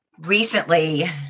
Recently